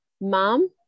Mom